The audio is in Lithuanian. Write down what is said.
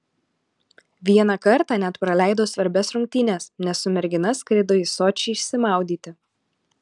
vieną kartą net praleido svarbias rungtynes nes su mergina skrido į sočį išsimaudyti